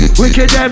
wicked